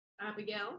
Abigail